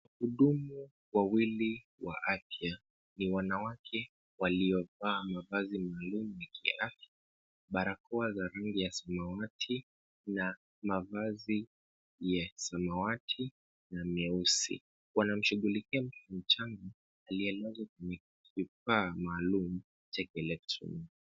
Wahudumu wa afya wawili ni wanawake waliovaa mavazi maalum ya afya, barakoa ya rangi ya samawati na mavazi ya samawati na meusi, wakishughulikia mtoto mchanga aliyelazwa kwenye kifaa maalum cha kielektroniki.